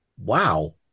Wow